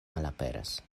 malaperas